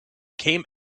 came